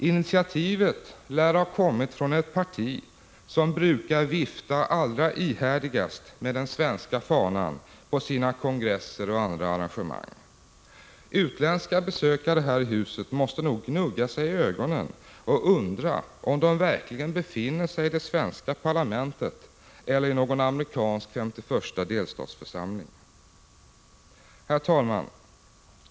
Initiativet lär ha kommit från det parti som brukar vifta allra ihärdigast med den svenska fanan på sina kongresser och andra arrangemang. Utländska besökare måste gnugga sig i ögonen och undra om de verkligen befinner sig i det svenska parlamentet eller i någon femtioförsta amerikansk delstatsförsamling. Herr talman!